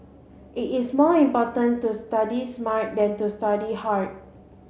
it is more important to study smart than to study hard